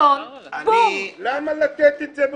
אם אתה לא מגביל את הגודל של הפרסום,